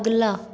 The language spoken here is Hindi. अगला